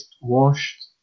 washed